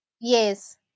Yes